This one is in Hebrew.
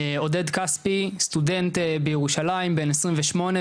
עודד כספי סטודנט בירושלים בן 28,